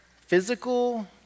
physical